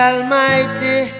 Almighty